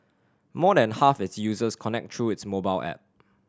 more than half of its users connect through its mobile app